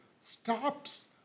stops